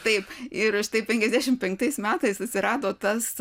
taip ir štai penkiasdešimt penktais metais atsirado tas